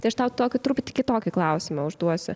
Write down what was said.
tai aš tau tokį truputį kitokį klausimą užduosiu